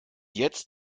jetzt